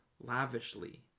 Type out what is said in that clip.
lavishly